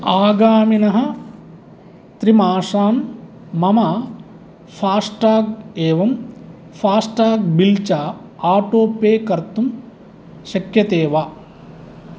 आगामिनः त्रिमासान् मम फास्टाग् एवं फास्टाग् बिल् च आटो पे कर्तुं शक्यते वा